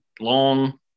Long